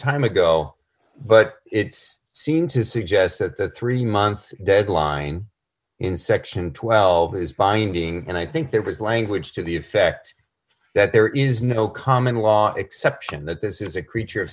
time ago but it seems to suggest that three month deadline in section twelve is binding and i think there was language to the effect that there is no common law exception that this is a creature